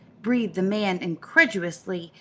breathed the man incredulously,